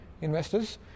investors